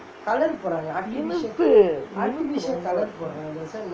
இனிப்பு இனிப்பு ரொம்ப:inippu inippu romba